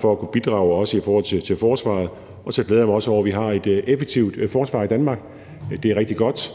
for at kunne bidrage, også i forhold til forsvaret. Og så glæder jeg mig også over, at vi har et effektivt forsvar i Danmark. Det er rigtig godt.